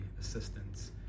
assistance